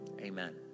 Amen